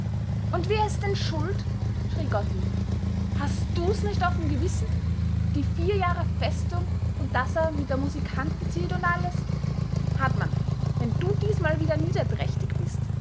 und wer is denn schuld schrie gottlieb hast du's nich auf m gewissen die vier jahre festung und daß a mit a musikanten zieht und alles hartmann wenn du diesmal wieder niederträchtig bist